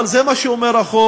אבל זה מה שאומר החוק.